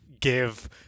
give